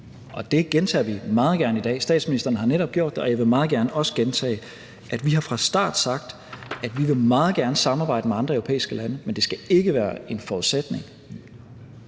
Det gentager vi meget gerne i dag. Statsministeren har netop gjort det, og jeg vil også meget gerne gentage, at vi har sagt fra start, at vi meget gerne vil samarbejde med andre europæiske lande, men det skal ikke være en forudsætning.